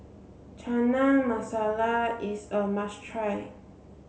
Chana Masala is a must try